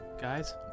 Guys